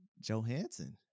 Johansson